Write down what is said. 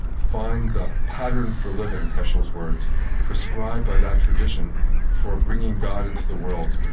find the pattern for living heschel's words prescribed by that tradition for bringing god into the world.